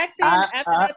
acting